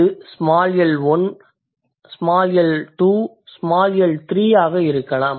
இது small L one L two அல்லது எல்3 ஆக இருக்கலாம்